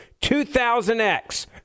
2000X